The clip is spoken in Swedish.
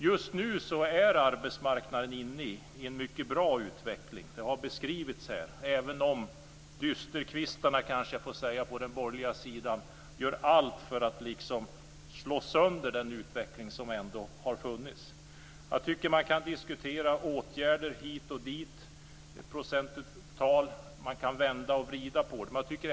Just nu är arbetsmarknaden inne i en mycket bra utveckling. Det har beskrivits här, även om dysterkvistarna på den borgerliga sidan gör allt för att slå sönder den utveckling som ändå har funnits. Jag tycker att man kan diskutera åtgärder hit och dit, och det går att vända och vrida på procenttal.